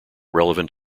relevant